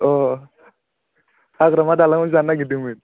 अ हाग्रामा दालाङाव जानो नागिरदोंमोन